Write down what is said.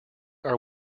are